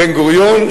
בן-גוריון,